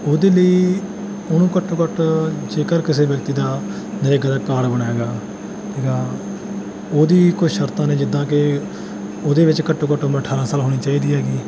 ਉਹਦੇ ਲਈ ਉਹਨੂੰ ਘੱਟੋ ਘੱਟ ਜੇਕਰ ਕਿਸੇ ਵਿਅਕਤੀ ਦਾ ਨਰੇਗਾ ਦਾ ਕਾਰਡ ਬਣਿਆ ਹੈਗਾ ਹੈਗਾ ਉਹਦੀ ਕੁਛ ਸ਼ਰਤਾਂ ਨੇ ਜਿੱਦਾਂ ਕਿ ਉਹਦੇ ਵਿੱਚ ਘੱਟੋ ਘੱਟ ਉਮਰ ਅਠਾਰ੍ਹਾਂ ਸਾਲ ਹੋਣੀ ਚਾਹੀਦੀ ਹੈਗੀ